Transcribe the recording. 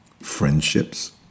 friendships